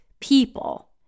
people